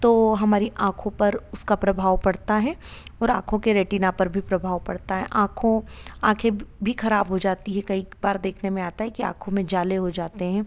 तो हमारी आँखों पर उसका प्रभाव पड़ता है और आँखों के रेटिना पर प्रभाव पड़ता है आँखों आँखें भी खराब हो जाती है कई एक बार देखने में आता है की आँखों में जाले हो जाते हैं